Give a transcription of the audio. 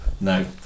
No